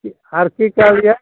आर की कहलिए